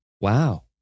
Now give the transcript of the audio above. wow